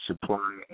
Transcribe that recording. supply